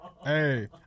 Hey